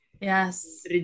yes